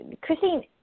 Christine